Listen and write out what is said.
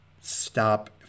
stop